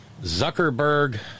Zuckerberg